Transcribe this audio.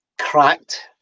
cracked